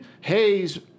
Hayes